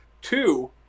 Two